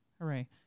hooray